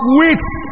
weeks